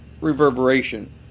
reverberation